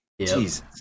Jesus